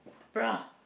bro